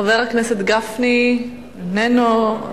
חבר הכנסת משה גפני, איננו.